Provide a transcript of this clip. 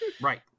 Right